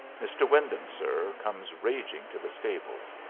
mr. wyndham, sir, comes raging to the stables.